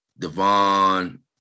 Devon